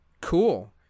Cool